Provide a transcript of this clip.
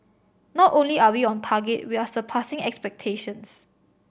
not only are we on target we are surpassing expectations